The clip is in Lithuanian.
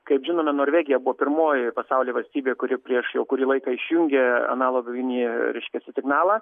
kaip žinome norvegija buvo pirmoji pasaulyje valstybė kuri prieš jau kurį laiką išjungė analoginį reiškiasi signalą